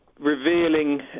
revealing